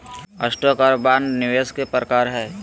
stock आर bond निवेश के प्रकार हय